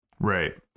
right